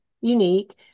unique